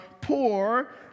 poor